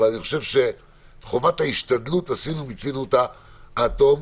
אבל את חובת ההשתדלות עשינו ומיצינו אותה עד תום.